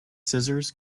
scissors